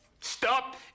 stop